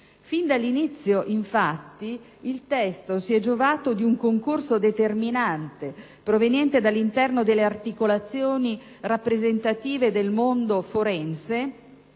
Fin dall'inizio, infatti, il testo si è giovato di un concorso determinante proveniente dall'interno delle articolazioni rappresentative del mondo forense,